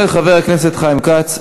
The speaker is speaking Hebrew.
של חבר הכנסת חיים כץ.